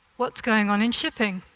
what's going on in shipping?